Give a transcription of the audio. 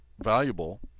valuable